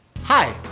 Hi